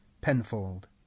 Penfold